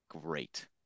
great